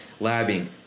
labbing